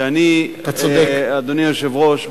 אדוני היושב-ראש,